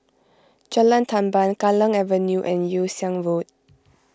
Jalan Tamban Kallang Avenue and Yew Siang Road